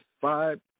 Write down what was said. Five